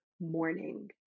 morning